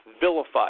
vilified